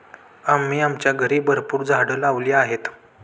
आम्ही आमच्या घरी भरपूर झाडं लावली आहेत